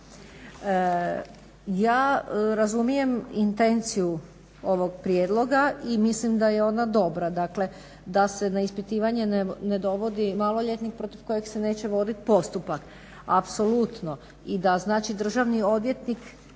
Ja razumije intenciju ovog prijedloga i mislim da je ona dobra, da se na ispitivanje ne dovodi maloljetnik protiv kojeg se neće vodit postupak, apsolutno. I da znači državni odvjetnik